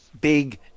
big